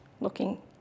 looking